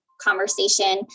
conversation